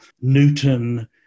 Newton